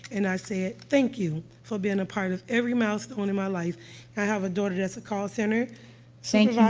and i said, thank you for being a part of every milestone in my life. and i have a daughter that's a call center supervisor thank